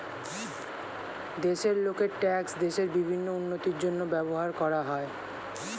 দেশের লোকের ট্যাক্স দেশের বিভিন্ন উন্নতির জন্য ব্যবহার করা হয়